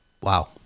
wow